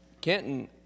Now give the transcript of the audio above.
Kenton